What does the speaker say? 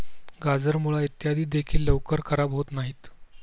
गाजर, मुळा इत्यादी देखील लवकर खराब होत नाहीत